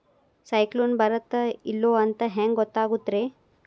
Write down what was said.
ಸೈಕ್ಲೋನ ಬರುತ್ತ ಇಲ್ಲೋ ಅಂತ ಹೆಂಗ್ ಗೊತ್ತಾಗುತ್ತ ರೇ?